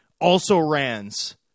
also-rans